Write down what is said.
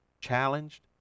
challenged